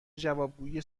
جوابگویی